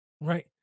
right